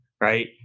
right